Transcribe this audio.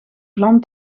vlam